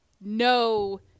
no